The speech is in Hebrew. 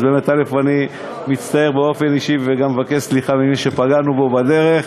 אז באמת אני מצטער באופן אישי וגם מבקש סליחה ממי שפגענו בו בדרך.